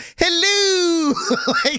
hello